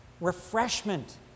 refreshment